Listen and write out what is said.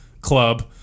club